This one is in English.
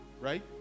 right